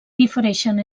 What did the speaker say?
difereixen